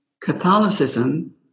Catholicism